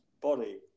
body